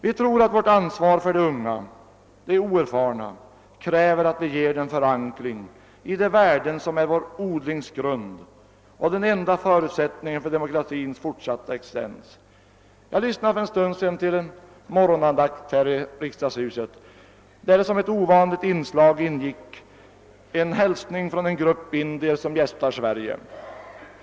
Vi tror att vårt ansvar för de unga, de oerfarna, kräver att vi ger dem förankring i de värden som är vår odlings grund och den enda förutsättningen för demokratins fortsatta existens. Jag lyssnade för en stund sedan till en morgonandakt här i riksdagshuset, där det som ett ovanligt inslag ingick en hälsning från en grupp indier som gästar Sverige.